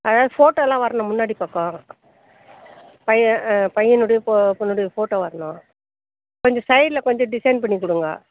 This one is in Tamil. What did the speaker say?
அதுதான் ஃபோட்டோவெல்லாம் வரணும்ல முன்னாடி பக்கம் பையன் ஆ பையனுடைய பொ பொண்ணுடைய ஃபோட்டோ வரணும் கொஞ்சம் சைடில் கொஞ்சம் டிசைன் பண்ணி கொடுங்க